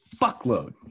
fuckload